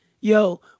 Yo